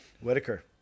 Whitaker